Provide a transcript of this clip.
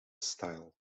style